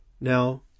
now